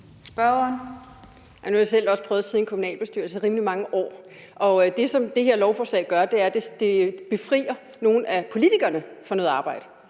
Nu har jeg også selv prøvet at sidde i en kommunalbestyrelse i rimelig mange år, og det, som det her lovforslag gør, er, at det befrier nogle af politikerne for noget arbejde.